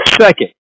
Second